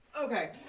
Okay